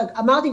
וגם אמרתי,